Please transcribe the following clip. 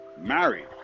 married